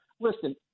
Listen